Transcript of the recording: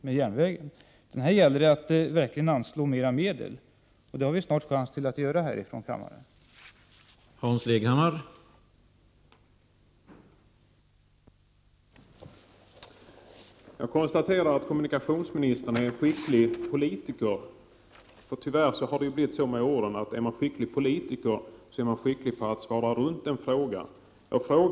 Det gäller alltså att verkligen anslå ytterligare medel, vilket vi 93 här i riksdagen ju också snart har chans att medverka till.